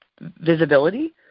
visibility